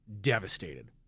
Devastated